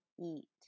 eat